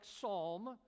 psalm